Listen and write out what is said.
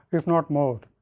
if not more.